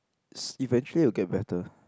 s~ eventually will get better